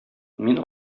мин